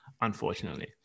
unfortunately